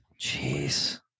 Jeez